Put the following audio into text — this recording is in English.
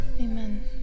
Amen